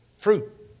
fruit